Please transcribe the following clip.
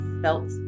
felt